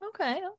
Okay